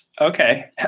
Okay